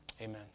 Amen